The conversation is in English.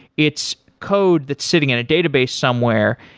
it's code that's sitting in a database somewhere,